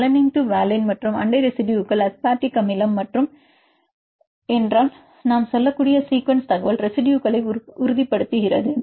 alanine to valine மற்றும் அண்டை ரெசிடுயுகள் அஸ்பார்டிக் அமிலம் மற்றும் என்றால் நாம் சொல்லக்கூடிய சீக்குவன்ஸ் தகவல் ரெசிடுயுகளை உறுதிப்படுத்துகிறது